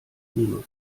linux